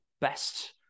best